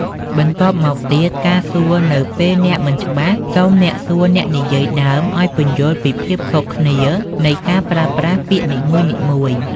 បន្ទាប់មកទៀតការសួរនៅពេលអ្នកមិនច្បាស់ សូមសួរអ្នកនិយាយដើមឱ្យពន្យល់ពីភាពខុសគ្នានៃការប្រើប្រាស់ពាក្យនីមួយៗ។